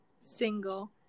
single